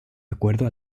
acuerdo